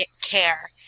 care